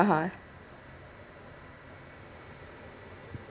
(uh huh)